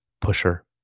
pusher